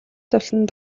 зовлон